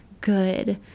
good